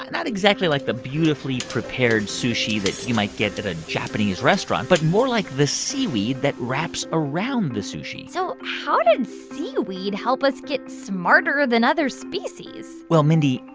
not exactly like the beautifully prepared sushi that you might get at a japanese restaurant but more like the seaweed that wraps around the sushi so how did seaweed help us get smarter than other species? well, mindy,